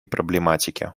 проблематике